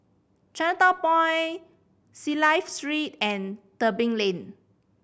Chinatown Point Clive Street and Tebing Lane